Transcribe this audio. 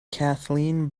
kathleen